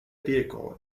vehicle